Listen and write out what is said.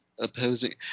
opposing